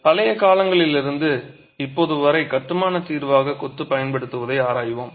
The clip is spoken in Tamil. பழைய காலங்களிலிருந்து இப்போது வரை கட்டுமானத் தீர்வாக கொத்து பயன்படுத்துவதை ஆராய்வோம்